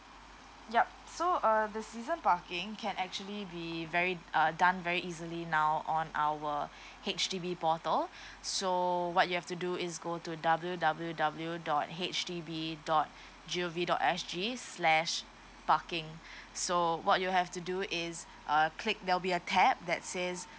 yup so uh the season parking can actually be very uh done very easily now on our H_D_B portal so what you have to do is go to W_W_W dot H D B dot G_O_V dot S_G slash parking so what you have to do is uh click there'll be a tab that says